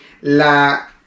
la